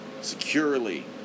securely